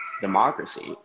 democracy